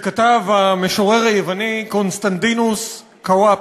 שכתב המשורר היווני קונסטנדינוס קוואפיס.